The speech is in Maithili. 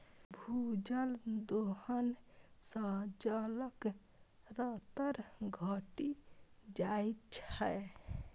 भूजल दोहन सं जलक स्तर घटि जाइत छै